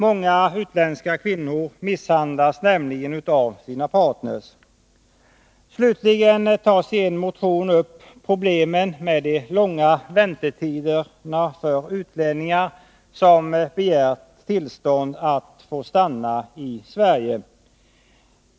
Många utländska kvinnor misshandlas nämligen av sina partner. Slutligen tas i en motion upp problemen med de långa väntetiderna för utlänningar som begärt tillstånd att få stanna i Sverige.